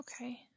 okay